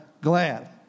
glad